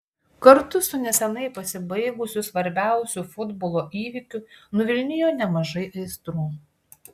kartu su neseniai pasibaigusiu svarbiausiu futbolo įvykiu nuvilnijo nemažai aistrų